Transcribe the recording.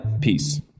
Peace